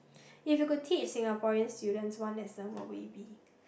if you could teach Singaporean students one lesson what will it be